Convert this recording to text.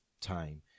time